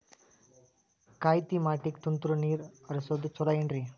ಕಾಯಿತಮಾಟಿಗ ತುಂತುರ್ ನೇರ್ ಹರಿಸೋದು ಛಲೋ ಏನ್ರಿ?